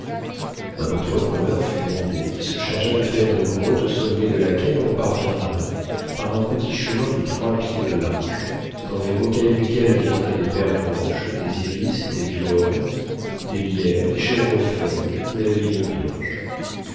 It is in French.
un entrepreneur fut mandé qui se chargea de faire une grotte au sommet de laquelle on parviendrait par un petit chemin de trois pieds de large dans les rocailles duquel viendraient des pervenches des iris des viornes des lierres des chèvrefeuilles de la vigne vierge